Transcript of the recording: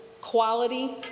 quality